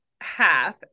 half